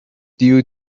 due